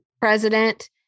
president